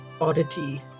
oddity